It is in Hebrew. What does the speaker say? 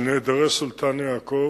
של נעדרי סולטן-יעקוב,